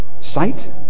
sight